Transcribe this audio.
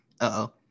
Uh-oh